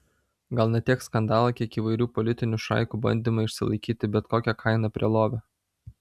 gal ne tiek skandalą kiek įvairių politinių šaikų bandymą išsilaikyti bet kokia kaina prie lovio